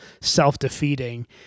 self-defeating